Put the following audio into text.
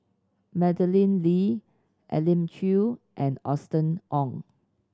Madeleine Lee Elim Chew and Austen Ong